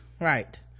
Right